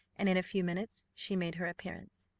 and in a few minutes she made her appearance.